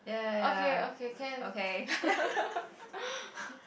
okay okay can